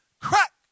crack